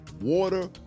water